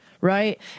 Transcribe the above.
right